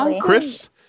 Chris